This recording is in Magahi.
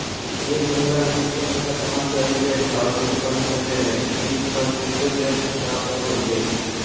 एक महीना में केतना पैसा कहा से अयले है और केतना निकले हैं, ई सब कैसे देख जान सको हियय?